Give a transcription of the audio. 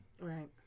Right